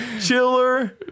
Chiller